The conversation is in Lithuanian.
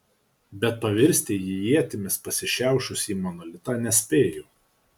bet pavirsti į ietimis pasišiaušusį monolitą nespėjo